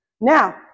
Now